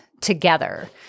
together